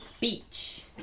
Beach